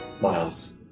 miles